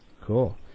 Cool